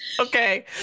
Okay